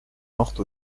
morte